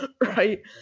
right